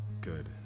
good